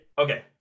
okay